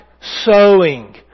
Sowing